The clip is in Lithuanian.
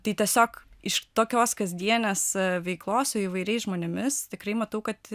tai tiesiog iš tokios kasdienės veiklos su įvairiais žmonėmis tikrai matau kad